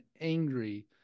angry